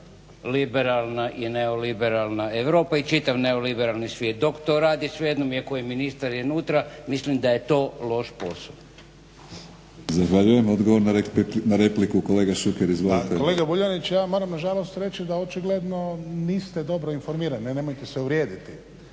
liberalna i neoliberalna Europa i čitav neoliberalni svijet. Dok to radi svejedno mi je koji ministar je unutra, mislim a je to loš posao. **Batinić, Milorad (HNS)** Zahvaljujem. Odgovor na repliku, kolega Šuker. Izvolite. **Šuker, Ivan (HDZ)** Kolega Vuljaniću ja vam moram nažalost reći da očigledno niste dobro informirani, nemojte se uvrijediti